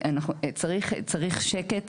צריך שקט,